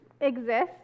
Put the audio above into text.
exist